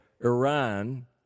Iran